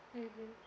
mmhmm